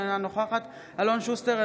אינה נוכחת אלון שוסטר,